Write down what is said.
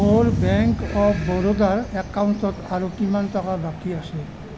মোৰ bank of বৰোদাৰ একাউণ্টত আৰু কিমান টকা বাকী আছে